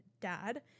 dad